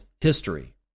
history